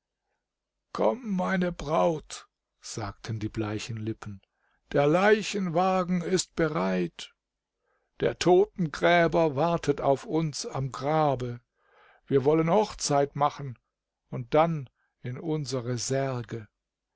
komm meine braut sagten die bleichen lippen der leichenwagen ist bereit der totengräber wartet auf uns am grabe wir wollen hochzeit machen und dann in unsere särge